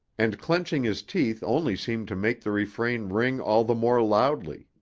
and clenching his teeth only seemed to make the refrain ring all the more loudly.